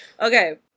Okay